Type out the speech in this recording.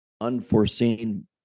unforeseen